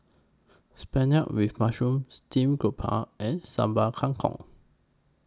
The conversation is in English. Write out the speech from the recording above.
with Mushroom Steamed Garoupa and Sambal Kangkong